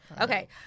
Okay